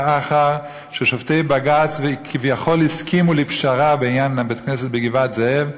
לאחר ששופטי בג"ץ כביכול הסכימו לפשרה בעניין בית-הכנסת בגבעת-זאב,